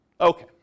Okay